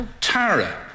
Tara